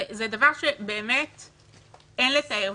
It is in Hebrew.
זה דבר שאין לתאר.